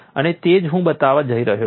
અને તે જ હું બતાવવા જઇ રહ્યો છું